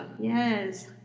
Yes